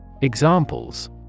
Examples